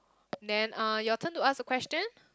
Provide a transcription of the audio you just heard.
then uh your turn to ask a question